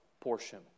portion